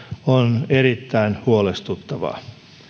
on erittäin huolestuttavaa